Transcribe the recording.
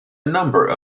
number